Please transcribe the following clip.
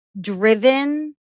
driven